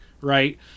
right